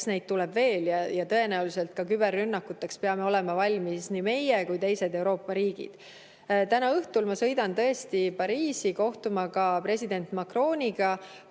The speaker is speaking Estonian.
eks neid tuleb veel. Tõenäoliselt peame küberrünnakuteks olema valmis nii meie kui ka teised Euroopa riigid. Täna õhtul ma sõidan tõesti Pariisi kohtuma ka president Macroniga,